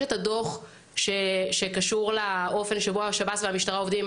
יש הדוח שקשור לאופן שבו השב"ס והמשטרה עובדים.